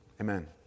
amen